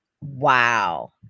Wow